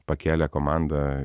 pakėlė komandą